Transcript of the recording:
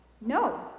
No